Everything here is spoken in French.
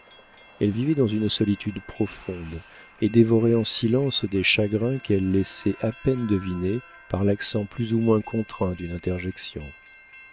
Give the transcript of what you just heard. elle vivait dans une solitude profonde et dévorait en silence des chagrins qu'elle laissait à peine deviner par l'accent plus ou moins contraint d'une interjection